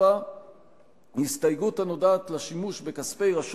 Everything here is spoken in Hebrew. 4. הסתייגות הנוגעת לשימוש בכספי רשות